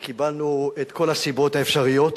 קיבלנו את כל הסיבות האפשריות.